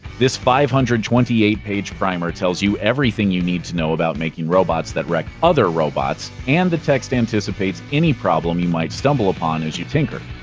this five hundred and twenty eight page primer tells you everything you need to know about making robots that wreck other robots and the text anticipates any problem you might stumble upon as you tinker.